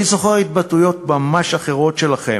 אני זוכר התבטאויות ממש אחרות שלכם,